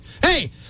hey